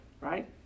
right